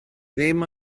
ddim